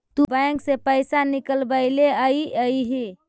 तु बैंक से पइसा निकलबएले अइअहिं